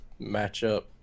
matchup